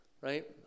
Right